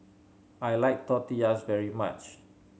I like Tortillas very much